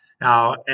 Now